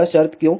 यह शर्त क्यों